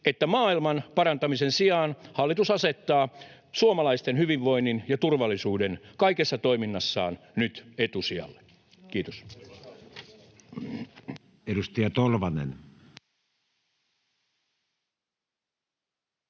että maailman parantamisen sijaan hallitus asettaa suomalaisten hyvinvoinnin ja turvallisuuden kaikessa toiminnassaan nyt etusijalle. — Kiitos.